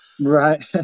Right